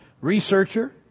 researcher